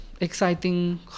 exciting